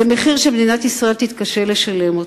זה מחיר שמדינת ישראל תתקשה לשלם.